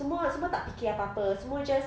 semua semua tak fikir apa-apa semua just